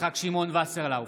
יצחק שמעון וסרלאוף,